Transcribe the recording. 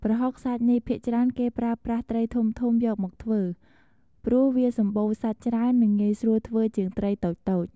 ប្រហុកសាច់នេះ ភាគច្រើនគេប្រើប្រាស់ត្រីធំៗយកមកធ្វើព្រោះវាសម្បូរសាច់ច្រើននិងងាយស្រួលធ្វើជាងត្រីតូចៗ។